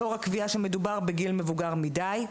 לאור הקביעה שמדובר בגיל מבוגר מדי.